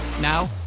Now